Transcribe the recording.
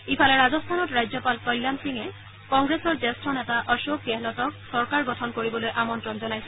ইফালে ৰাজস্থানত ৰাজ্যপাল কল্যাণ সিঙে কংগ্ৰেছৰ জ্যেষ্ঠ নেতা অশোক গেহলটক চৰকাৰ গঠন কৰিবলৈ আমন্ত্ৰণ জনাইছে